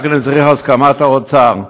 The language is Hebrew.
אני רק צריך את הסכמת האוצר.